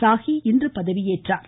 சாஹி இன்று பதவி ஏற்றார்